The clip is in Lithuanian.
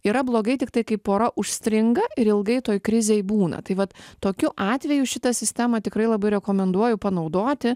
yra blogai tiktai kai pora užstringa ir ilgai toj krizėj būna tai vat tokiu atveju šitą sistemą tikrai labai rekomenduoju panaudoti